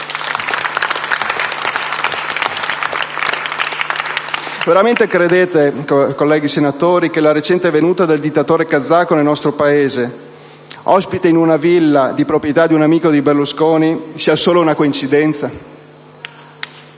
Veramente credete, colleghi senatori, che la recente venuta del dittatore kazako nel nostro Paese, ospite in una villa di proprietà di un amico di Berlusconi, sia solo una coincidenza?